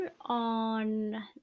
on